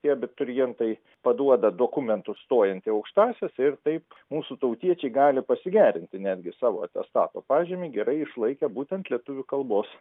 tie abiturientai paduoda dokumentus stojant į aukštąsias ir taip mūsų tautiečiai gali pasigerinti netgi savo atestato pažymį gerai išlaikę būtent lietuvių kalbos